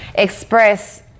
express